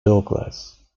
douglas